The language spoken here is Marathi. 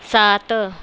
सात